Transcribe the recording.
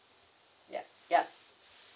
yup yup